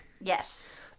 Yes